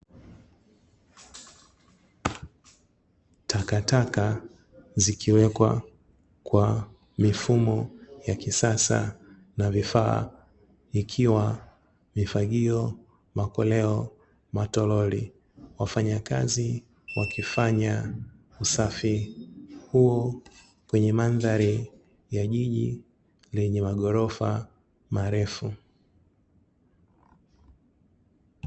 Takataka zikiwa kwa mifumo ya kisasa na vifaa ikiwa: mifagio, makoleo na matololi wafanyakazi wakifanya usafi huo kwenye mandhari ya jiji lenye maghorofa marefu.